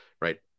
right